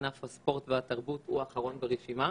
ענף הספורט והתרבות הוא האחרון ברשימה.